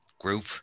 group